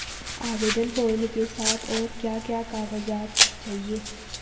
आवेदन फार्म के साथ और क्या क्या कागज़ात चाहिए?